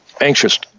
anxious